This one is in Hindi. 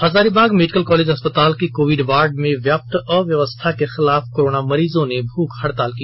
हजारीबाग मेडिकल कॉलेज अस्पताल के कोविड वार्ड में व्याप्त अव्यवस्था के खिलाफ कोरोना मरीजों ने भूख हड़ताल की